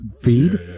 feed